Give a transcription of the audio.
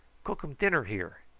cookum dinner here.